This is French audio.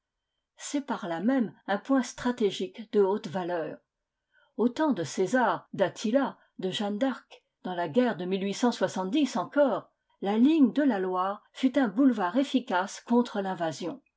c'est par là même un point stratégique de haute valeur aux temps de césar d'attila de jeanne d'arc dans la guerre de encore la ligne de la loire fut un boulevard efficace contre l'invasion